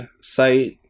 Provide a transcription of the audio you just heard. site